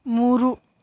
ಮೂರು